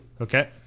Okay